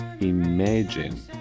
imagine